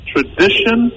tradition